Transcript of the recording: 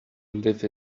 live